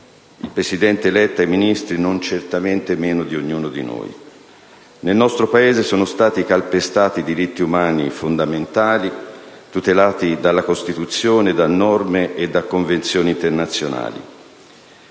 il presidente Letta e i Ministri non certamente meno di ognuno di noi. Nel nostro Paese sono stati calpestati i diritti umani fondamentali, tutelati dalla Costituzione, da norme e da convenzioni internazionali.